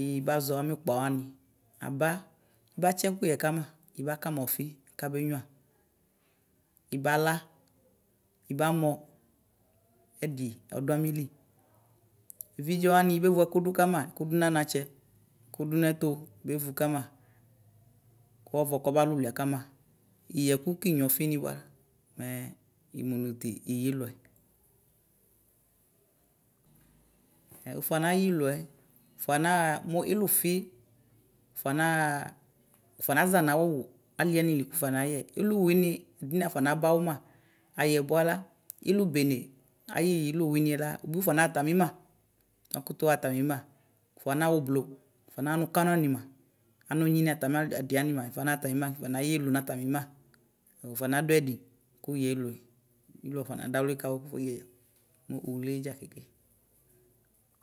ibazɔ anʋ ʋkpanawi aba atsi ɛkʋyɛ kama ibakama ɔfi kabe nyua ibala ibamɔ ɛdi ɔdu amili ividzewani ibewle ɛkʋdʋ kama kʋdʋnʋ anatsɛ ɛkʋdʋ nʋ ɛtʋ ibevʋ kama kʋ ɔvɔ kɔba lʋluia dʋ kama iyɛ ɛko kinyua ɔfi ni bʋa mɛ imʋtiyɛ ilʋɛ wʋfɔ nayi ilʋɛ fuanaha mʋ ilʋfi wʋfɔ naza nʋ awʋ aliɛ mili kʋ ʋfɔnayɛ ilʋ wini ɛdini afɔnaba awɔna ayɛ bʋala ilʋbene ayʋ ilʋ winiyɛ la wʋbi wʋfɔnaɣa atamima wakutu ha atamima ʋfɔ naxa ʋblʋ nanʋ kɔnamina anunyini atami ɛdiwani ma nifɔ nayɛ ilʋ nʋ atamima wufɔ nadu ɛdi kʋyɛ ilʋɛ ilʋ ɔfɔnadawli kawo ku wʋyɛ mʋ ʋxle dza.